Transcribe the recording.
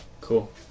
cool